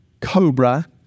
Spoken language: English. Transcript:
cobra